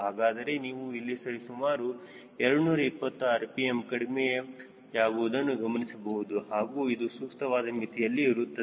ಹಾಗಾದರೆ ನೀವು ಇಲ್ಲಿ ಸರಿ ಸುಮಾರು 220 rpm ಕಡಿಮೆಯಾಗುವುದನ್ನು ಗಮನಿಸಬಹುದು ಹಾಗೂ ಅದು ಸೂಕ್ತವಾದ ಮಿತಿಯಲ್ಲಿ ಇರುತ್ತದೆ